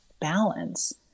balance